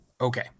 Okay